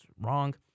wrong